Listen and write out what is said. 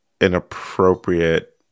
inappropriate